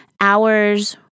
hours